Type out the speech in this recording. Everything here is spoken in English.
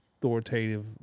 authoritative